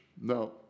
No